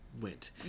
went